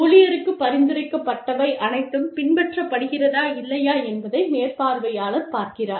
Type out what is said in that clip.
ஊழியருக்குப் பரிந்துரைக்கப்பட்டவை அனைத்தும் பின்பற்றப்படுகிறதா இல்லையா என்பதை மேற்பார்வையாளர் பார்க்கிறார்